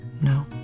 no